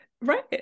Right